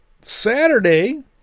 Saturday